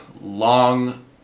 long